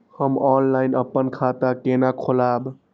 हम ऑनलाइन अपन खाता केना खोलाब?